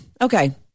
Okay